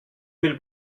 mil